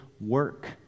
Work